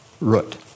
root